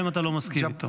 גם אם אתה לא מסכים איתו.